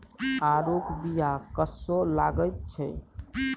आड़ूक बीया कस्सो लगैत छै